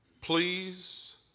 Please